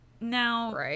Now